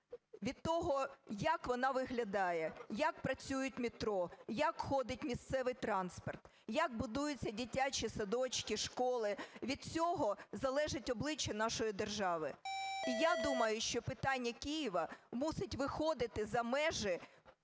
від того, як вона виглядає, як працює метро, як ходить місцевий транспорт, як будуються дитячі садочки, школи, від цього залежить обличчя нашої держави. Я думаю, що питання Києва мусить виходити за межі